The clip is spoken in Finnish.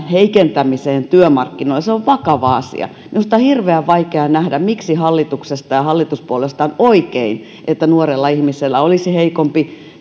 heikentämiseen työmarkkinoilla se on vakava asia minusta on hirveän vaikea nähdä miksi hallituksesta ja hallituspuolueista on oikein että nuorella ihmisellä olisi heikompi